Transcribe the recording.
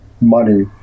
money